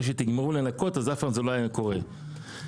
שנגמור לנקות אז זה לא היה קורה אף פעם.